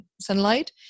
sunlight